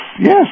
yes